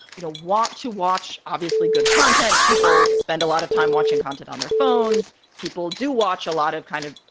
you know, want to watch, obviously good content. people spend a lot of time watching content on their phones. people do watch a lot of kind of,